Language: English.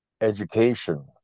education